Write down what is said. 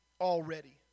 already